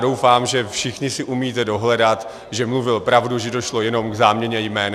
Doufám, že všichni si umíte dohledat, že mluvil pravdu, že došlo jenom k záměně jmen.